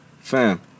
fam